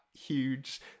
huge